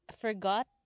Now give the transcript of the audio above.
forgot